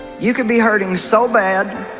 you could be hurting so bad